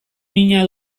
mina